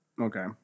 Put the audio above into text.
Okay